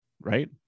Right